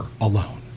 alone